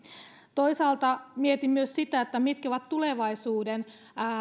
toisaalta mietin myös sitä mitkä ovat tulevaisuuden